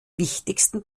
wichtigsten